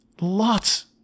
lots